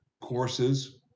courses